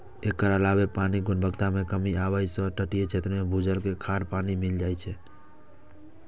एकर अलावे पानिक गुणवत्ता मे कमी आबै छै आ तटीय क्षेत्र मे भूजल मे खारा पानि मिल जाए छै